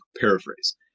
paraphrase